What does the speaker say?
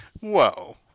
whoa